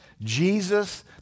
Jesus